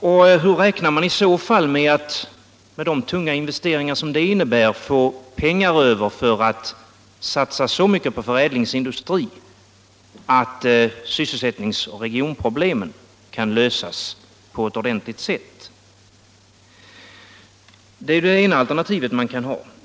Och hur räknar man i så fall med att med de tunga investeringar som det innebär få pengar över för att satsa så mycket på förädlingsindustri att sysselsättningsoch regionproblemen kan lösas på ett ordentligt sätt? Det är det ena alternativet man kan ha.